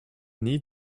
need